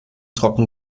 trocken